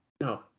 No